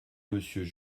monsieur